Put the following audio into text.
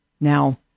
now